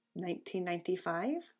1995